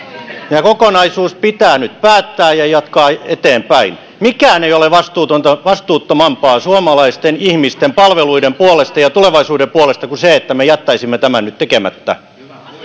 tämä kokonaisuus pitää nyt päättää ja jatkaa eteenpäin mikään ei ole vastuuttomampaa suomalaisten ihmisten palveluiden puolesta ja tulevaisuuden puolesta kuin se että me jättäisimme tämän nyt tekemättä